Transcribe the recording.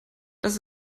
dass